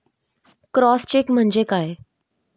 Cross check म्हणजे काय?